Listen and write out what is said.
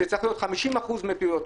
שצריכים להיות 50% מהפעילויות,